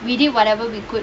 we did whatever we could